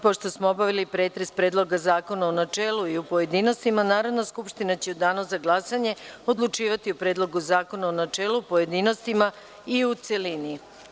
Pošto smo obavili pretres Predloga zakona u načelu i pojedinostima, Narodna skupština će u danu za glasanje odlučivati o Predlogu zakona u načelu, pojedinostima i u celini.